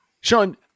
Sean